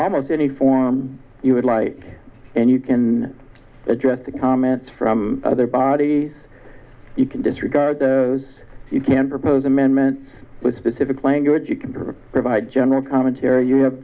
almost any form you would like and you can address the comments from other body you can disregard those you can propose amendments with specific language you can provide general commentary